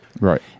Right